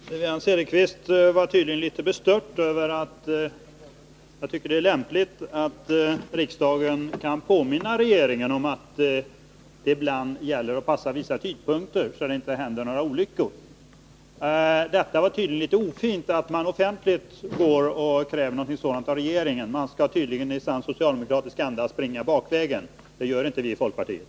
Herr talman! Wivi-Anne Cederqvist är tydligen bestört över att jag tycker att det är lämpligt att riksdagen kan påminna regeringen om att det ibland gäller att passa vissa tidpunkter, så att det inte händer några olyckor. Att man offentligt kräver någonting sådant av regeringen verkar vara litet ofint. Man skall uppenbarligen i sann socialdemokratisk anda springa bakvägen. Det gör inte vi i folkpartiet.